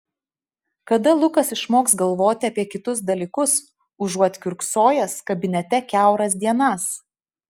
kada lukas išmoks galvoti apie kitus dalykus užuot kiurksojęs kabinete kiauras dienas